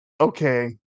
okay